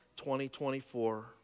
2024